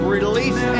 Release